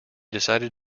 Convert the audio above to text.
decided